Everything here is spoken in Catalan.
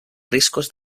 riscos